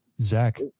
Zach